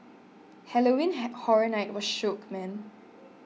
Halloween Horror Night was shook man